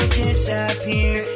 disappear